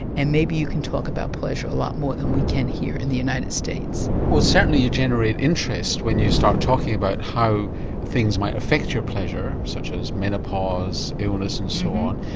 and maybe you can talk about pleasure a lot more than we can here in the united states. well certainly you generate interest when you start talking about how things might affect your pleasure, such as menopause, illness, and so on.